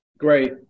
Great